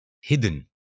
hidden